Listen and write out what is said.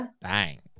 bang